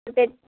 ते